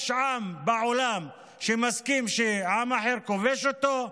יש עם בעולם שמסכים שעם אחר כובש אותו?